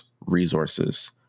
resources